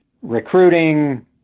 recruiting